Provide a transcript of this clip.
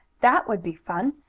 that would be fun,